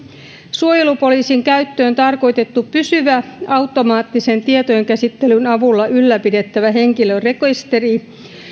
suojelupoliisin käyttöön tarkoitettu pysyvä automaattisen tietojenkäsittelyn avulla ylläpidettävä henkilörekisteri